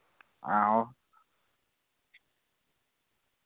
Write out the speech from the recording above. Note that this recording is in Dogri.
हां ओ